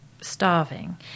starving